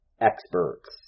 experts